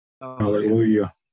Hallelujah